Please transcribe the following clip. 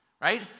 right